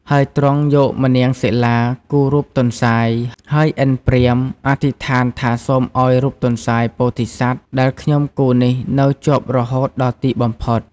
ហើយទ្រង់យកម្នាងសិលាគូររូបទន្សាយ ហើយឥន្ទព្រាហ្មណ៍អធិដ្ឋានថាសូមឲ្យរូបទន្សាយពោធិសត្វដែលខ្ញុំគូរនេះនៅជាប់រហូតដល់ទីបំផុត។